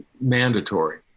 mandatory